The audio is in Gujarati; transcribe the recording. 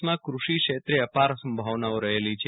દેશમાં કૃષિ ક્ષેત્રે અપાર સંભાવનાઓ રહેલી છે